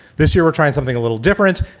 this year, we're trying something a little different.